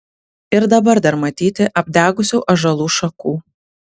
ir dabar dar matyti apdegusių ąžuolų šakų